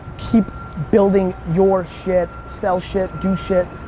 keep building your shit. sell shit, do shit.